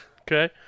Okay